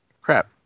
Crap